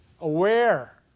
aware